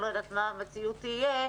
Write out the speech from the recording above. אני לא יודעת מה המציאות תהיה.